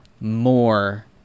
more